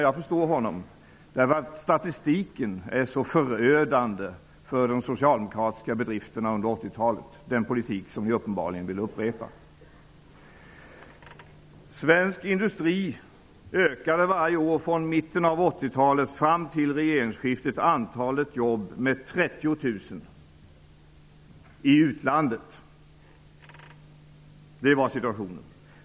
Jag förstår honom; statistiken är så förödande när det gäller de socialdemokratiska bedrifterna under 80-talet -- den politik som ni uppenbarligen vill upprepa. 30 000 i utlandet. Det var situationen.